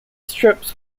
strips